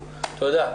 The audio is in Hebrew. תודה.